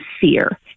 fear